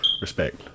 respect